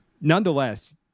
nonetheless